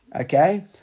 Okay